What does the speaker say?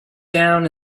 down